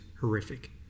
horrific